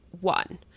one